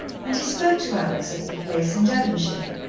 and he spoke to alex of the place in devonshire.